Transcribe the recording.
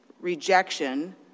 rejection